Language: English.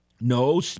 No